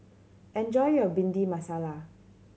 enjoy your Bhindi Masala